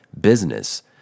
business